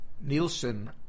Nielsen